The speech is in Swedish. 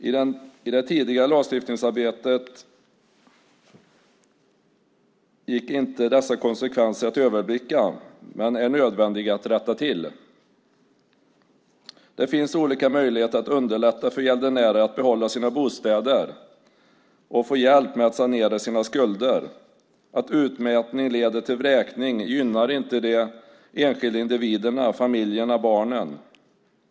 I det tidigare lagstiftningsarbetet gick inte dessa konsekvenser att överblicka, men det är nödvändigt att rätta till dem. Det finns olika möjligheter att underlätta för gäldenärer att behålla sina bostäder och få hjälp med att sanera sina skulder. Att utmätning leder till vräkning gynnar inte de enskilda individerna, familjerna och barnen.